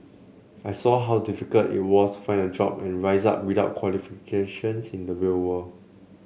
I saw how difficult it was to find a job and rise up without qualifications in the will world